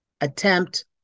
attempt